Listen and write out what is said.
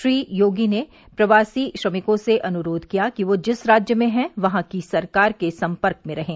श्री योगी ने प्रवासी श्रमिकों से अनुरोध किया कि वे जिस राज्य में हैं वहां की सरकार के संपर्क में रहें